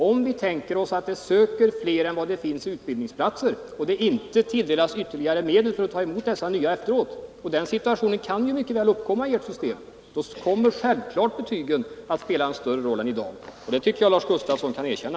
Om vi tänker oss att det söker fler än vad det finns utbildningsplatser för och det inte tilldelas ytterligare medel för att ta emot dessa — den situationen kan mycket väl uppkomma i ert system — kommer självfallet betygen att spela en större roll än i dag. Det tycker jag att Lars Gustafsson kan erkänna.